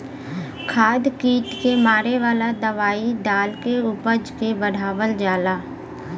खाद कीट क मारे वाला दवाई डाल के उपज के बढ़ावल जाला